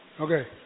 Okay